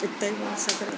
اُتر ماسکرا